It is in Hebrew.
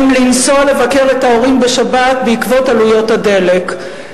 לנסוע לבקר את ההורים בשבת בעקבות עלויות הדלק".